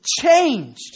changed